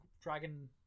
dragon